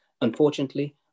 unfortunately